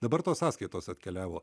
dabar tos sąskaitos atkeliavo